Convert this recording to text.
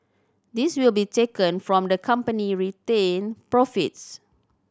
this will be taken from the company retained profits